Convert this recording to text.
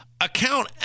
account